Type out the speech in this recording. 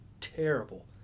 terrible